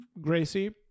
gracie